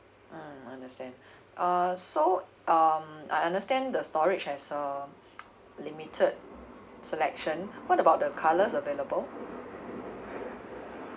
mm understand err so um I understand the storage has uh limited selection what about the colours available